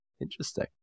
interesting